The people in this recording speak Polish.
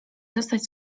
zostać